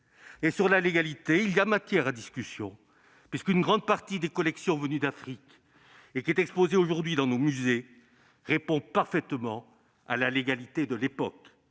concerne la légalité, il y a matière à discussion puisqu'une grande partie des collections venues d'Afrique, exposées aujourd'hui dans nos musées, répond parfaitement à la légalité de l'époque.